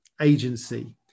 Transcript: agency